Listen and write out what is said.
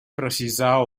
precisar